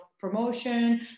promotion